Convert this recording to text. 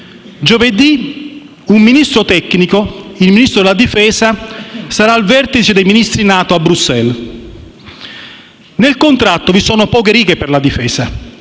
giovedì un Ministro tecnico, il Ministro della difesa, sarà al vertice dei Ministri NATO a Bruxelles. Nel contratto vi sono poche righe per la difesa,